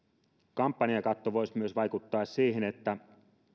kampanjakatto voisi myös vaikuttaa siihen että